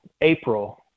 april